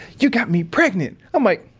you got me pregnant! i'm like,